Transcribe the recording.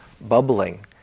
bubbling